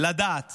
לדעת